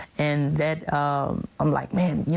and that i'm like man, you